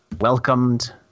welcomed